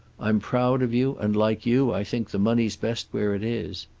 i'm proud of you, and like you i think the money's best where it is.